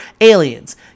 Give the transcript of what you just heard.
Aliens